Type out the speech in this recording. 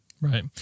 Right